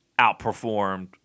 outperformed